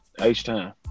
H-Time